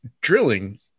drilling